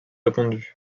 répandus